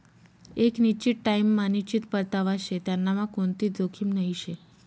एक निश्चित टाइम मा निश्चित परतावा शे त्यांनामा कोणतीच जोखीम नही शे